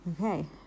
okay